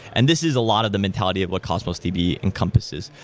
and this is a lot of the mentality of what cosmos db encompasses,